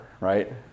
right